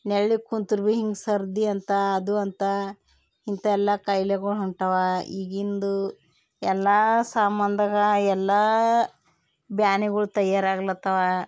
ನೆರ್ಳಿಗೆ ಕುಂತ್ರು ಭೀ ಹಿಂಗೆ ಸರ್ದಿ ಅಂತ ಅದು ಅಂತ ಇಂಥ ಎಲ್ಲ ಕಾಯ್ಲೆಗಳು ಹೊಂಟವ ಈಗಿಂದು ಎಲ್ಲ ಸಾಮಾಂದಾಗ ಎಲ್ಲ ಬ್ಯಾನಿಗಳು ತಯಾರಾಗ್ಲತ್ತವ